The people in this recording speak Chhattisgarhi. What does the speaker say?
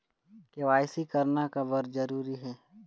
के.वाई.सी करना का बर जरूरी हे?